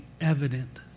evident